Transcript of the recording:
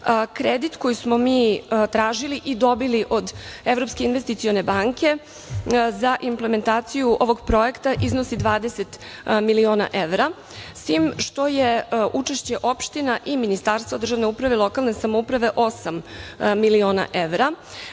Kredit koji smo mi tražili i dobili od Evropske investicione banke za implementaciju ovog projekta iznosi 20 miliona evra, s tim što je učešće opština i Ministarstva državne uprave i lokalne samouprave osam miliona evra.